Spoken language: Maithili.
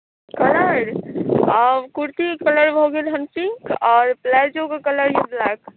कलर आब कुर्तीक कलर भऽ गेल हेँ पिंक आओर प्लाजोके कलर ब्लैक